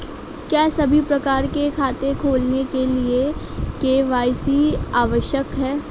क्या सभी प्रकार के खाते खोलने के लिए के.वाई.सी आवश्यक है?